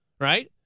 right